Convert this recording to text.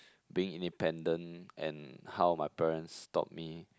being independent and how my parents taught me